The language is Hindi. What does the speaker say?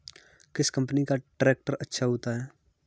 किस कंपनी का ट्रैक्टर अच्छा होता है?